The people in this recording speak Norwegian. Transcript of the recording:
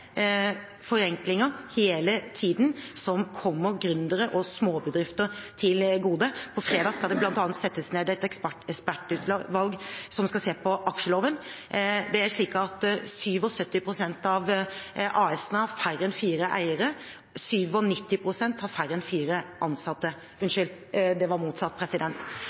forenklinger hele tiden, som kommer gründere og småbedrifter til gode. Det skal bl.a. settes ned et ekspertutvalg som skal se på aksjeloven. Det er slik at 77 pst. av AS-ene har færre enn fire ansatte, og 93 pst. har færre enn fire eiere. Poenget er at det